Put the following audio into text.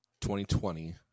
2020